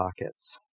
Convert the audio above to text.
pockets